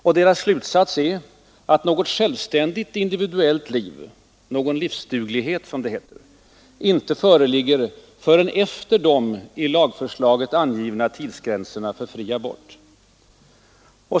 Och deras slutsats är att något självständigt individuellt liv — någon livsduglighet — inte föreligger förrän efter de i lagförslaget angivna tidsgränserna för fri abort.